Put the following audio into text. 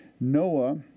Noah